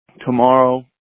Tomorrow